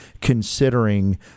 considering